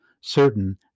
Certain